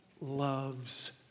loves